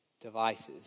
devices